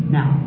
Now